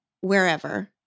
wherever